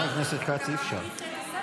חבר הכנסת כץ, אי-אפשר.